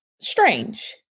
strange